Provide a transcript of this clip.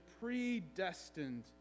predestined